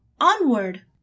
onward